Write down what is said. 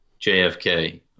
JFK